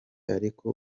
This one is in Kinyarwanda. ariko